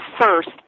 first